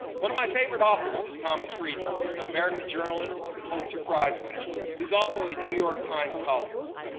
one of my favorite authors is thomas friedman, an american journalist and pulitzer prize winner, who's also a new york times columnist,